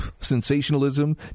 sensationalism